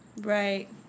right